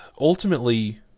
ultimately